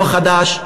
החדש והלא-חדש,